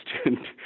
student